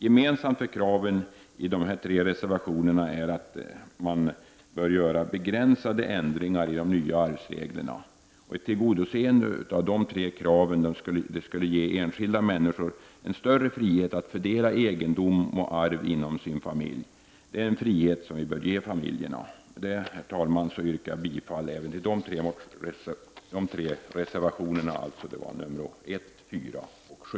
Gemensamt för kraven i dessa tre reservationer är att man bör göra begränsade ändringar i de nya arvsreglerna. Ett tillgodoseende av dessa tre krav skulle ge enskilda människor en större frihet att fördela egendom och arv inom sin familj. Det är en frihet som vi bör ge familjerna. Med detta, herr talman, yrkar jag bifall även till dessa tre reservationer, alltså nr 1, 4 och 7.